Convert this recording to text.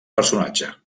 personatge